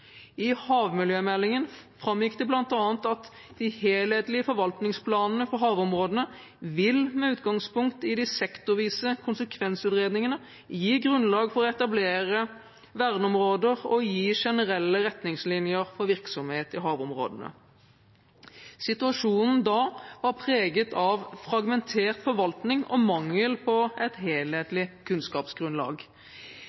I havmiljømeldingen framgikk det bl.a. at: «De helhetlige forvaltningsplanene for havområdene vil med utgangspunkt i de sektorvise konsekvensutredningene gi grunnlag for å etablere verneområder og gi generelle retningslinjer for virksomhet i havområdene.» Situasjonen da var preget av fragmentert forvaltning og mangel på et helhetlig kunnskapsgrunnlag.